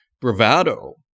bravado